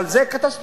אבל זה קטסטרופה.